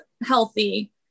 healthy